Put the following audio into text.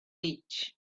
ditch